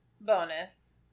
bonus